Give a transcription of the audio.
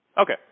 Okay